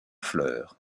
fleur